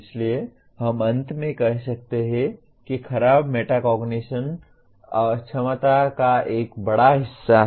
इसलिए हम अंत में कह सकते हैं कि खराब मेटाकोग्निशन अक्षमता का एक बड़ा हिस्सा है